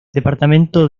departamento